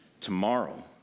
tomorrow